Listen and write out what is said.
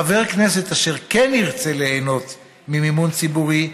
חבר כנסת אשר כן ירצה ליהנות ממימון ציבורי,